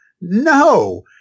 no